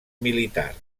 militars